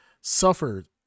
suffered